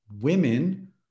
women